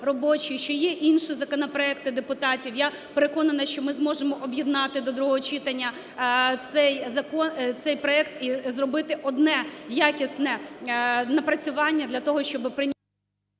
що є інші законопроекти депутатів. Я переконана, що ми зможемо об'єднати до другого читання цей проект і зробити одне якісне напрацювання для того, щоби…